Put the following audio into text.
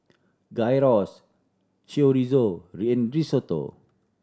Gyros Chorizo Risotto